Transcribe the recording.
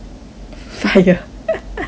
fire